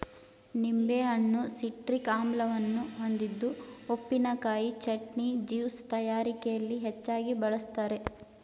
ನಿಂಬೆಹಣ್ಣು ಸಿಟ್ರಿಕ್ ಆಮ್ಲವನ್ನು ಹೊಂದಿದ್ದು ಉಪ್ಪಿನಕಾಯಿ, ಚಟ್ನಿ, ಜ್ಯೂಸ್ ತಯಾರಿಕೆಯಲ್ಲಿ ಹೆಚ್ಚಾಗಿ ಬಳ್ಸತ್ತರೆ